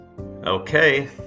Okay